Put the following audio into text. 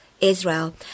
Israel